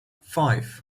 five